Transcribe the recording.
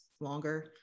longer